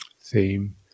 theme